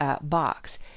box